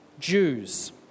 Jews